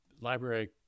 Library